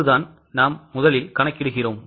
அதுதான்முதலில் கணக்கிடுகிறோம்